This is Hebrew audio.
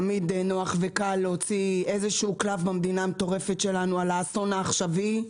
תמיד נוח וקל להוציא איזשהו קלף במדינה המטורפת שלנו על האסון העכשווי,